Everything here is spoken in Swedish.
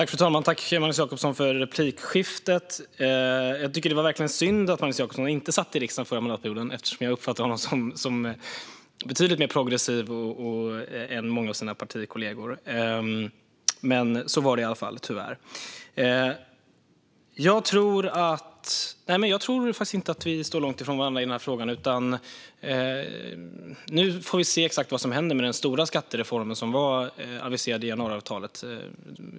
Fru talman! Tack, Magnus Jacobsson, för replikskiftet! Jag tycker verkligen att det var synd att Magnus Jacobsson inte satt i riksdagen förra mandatperioden, eftersom jag uppfattar honom som betydligt mer progressiv än många av hans partikollegor. Men så var det i alla fall, tyvärr. Jag tror faktiskt inte att vi står långt ifrån varandra i den här frågan. Nu får vi se exakt vad som händer med den stora skattereformen, som var aviserad i januariavtalet.